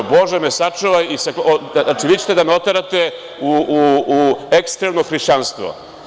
Bože me sačuvaj, vi ćete da me oterate u ekstremno hrišćanstvo.